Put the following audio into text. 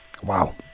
Wow